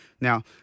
Now